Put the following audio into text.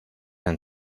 and